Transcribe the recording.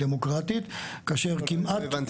הדמוקרטית --- לא הבנתי.